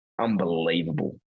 Unbelievable